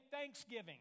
Thanksgiving